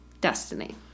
destiny